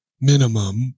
minimum